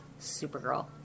Supergirl